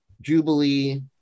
jubilee